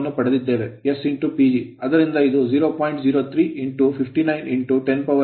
03 591031770 ಆಗಿದೆ